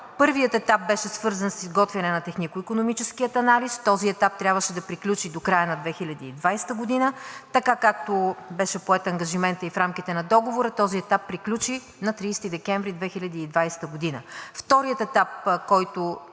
първият етап беше свързан с изготвяне на технико-икономическия анализ. Този етап трябваше да приключи до края на 2020 г. Така, както беше поет ангажиментът и в рамките на договора, този етап приключи на 30 декември 2020 г.